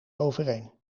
overeen